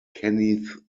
kenneth